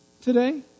today